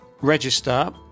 register